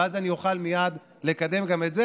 ואז אני אוכל מייד לקדם גם את זה,